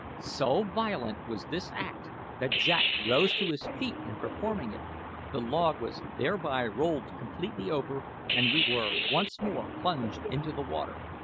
so violent was this act that jack rose to his feet in performing it the log was thereby rolled completely over, and we were once more plunged into the water.